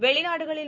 வெளிநாடுகளில்